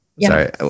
Sorry